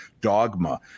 dogma